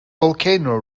volcano